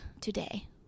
today